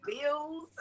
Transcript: bills